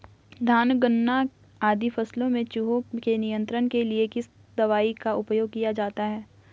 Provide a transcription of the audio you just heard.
धान गन्ना आदि फसलों में चूहों के नियंत्रण के लिए किस दवाई का उपयोग किया जाता है?